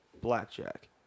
blackjack